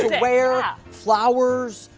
to wear. yeah flowers.